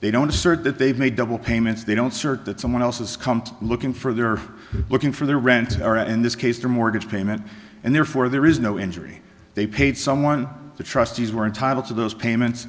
they don't assert that they've made double payments they don't search that someone else has come to looking for they are looking for their rent or in this case their mortgage payment and therefore there is no injury they paid someone the trustees were entitled to those payments